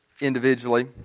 individually